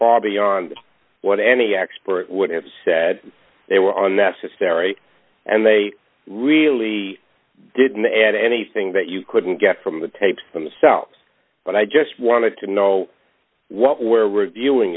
far beyond what any expert would have said they were on that's history and they really didn't add anything that you couldn't get from the tapes themselves but i just wanted to know what we're reviewing